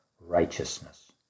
righteousness